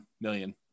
million